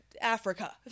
Africa